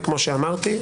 וכמו שאמרתי,